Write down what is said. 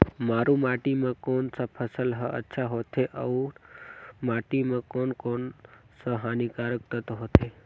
मारू माटी मां कोन सा फसल ह अच्छा होथे अउर माटी म कोन कोन स हानिकारक तत्व होथे?